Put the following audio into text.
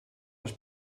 els